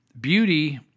beauty